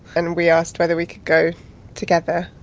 and we asked whether we could go together,